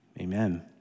amen